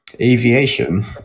aviation